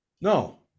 No